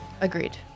Agreed